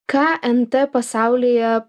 ką nt pasaulyje